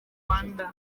rwanda